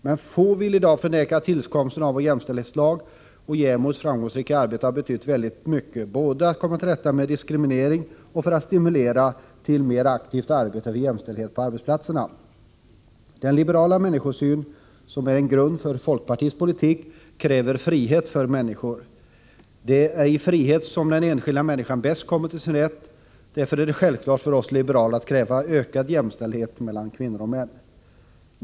Men få vill i dag förneka att tillkomsten av vår jämställdhetslag, och JämO:s framgångsrika arbete, betytt väldigt mycket både när det gäller att komma till rätta med diskrimineringen och när det gäller att stimulera till ett mer aktivt arbete för jämställdhet på arbetsplatserna. Den liberala människosyn som är en grund för folkpartiets politik kräver frihet för människor. Det är i frihet som den enskilda människan bäst kommer till sin rätt. Därför är det självklart för oss liberaler att kräva ökad jämställdhet mellan kvinnor och män.